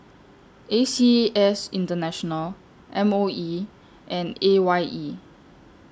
A C S International M O E and A Y E